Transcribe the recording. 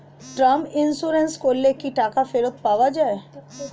Term insurance করলে কি টাকা ফেরত পাওয়া যায়?